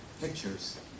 pictures